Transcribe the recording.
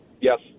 yes